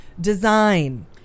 design